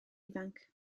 ifanc